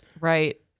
Right